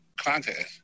contest